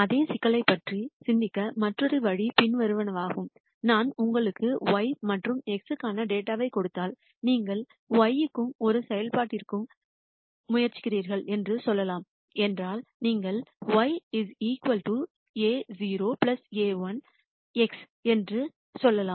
அதே சிக்கலைப் பற்றி சிந்திக்க மற்றொரு வழி பின்வருவனவாகும் நான் உங்களுக்கு y மற்றும் x க்கான டேட்டாவைக் கொடுத்தால் நீங்கள் y க்கும் ஒரு செயல்பாட்டிற்கும் முயற்சிக்கிறீர்கள் என்று சொல்லலாம் என்றால் நீங்கள் y a₀ a₁ x என்று சொல்லலாம்